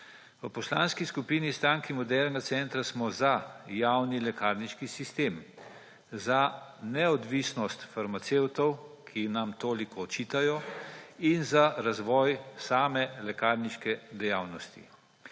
V Poslanski skupini Stranke Modernega centra smo za javni lekarniški sistem, za neodvisnost farmacevtov, ki nam jo toliko očitajo, in za razvoj same lekarniške dejavnosti.